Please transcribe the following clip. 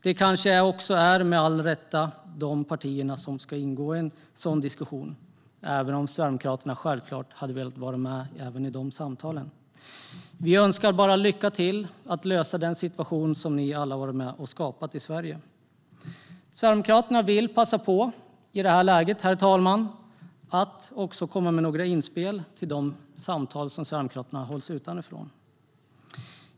Det är kanske med all rätt dessa partier som ska föra en sådan diskussion, även om Sverigedemokraterna självklart hade velat vara med i dessa samtal. Vi önskar er lycka till att lösa problemen med den situation som ni alla har varit med att skapa i Sverige. Herr talman! Sverigedemokraterna vill i detta läge passa på att komma med några inspel till de samtal som Sverigedemokraterna hålls utanför.